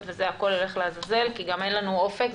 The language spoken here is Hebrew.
תלך כולה לעזאזל כי גם אין לנו אופק,